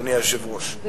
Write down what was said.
אדוני היושב-ראש.